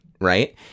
Right